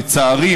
לצערי,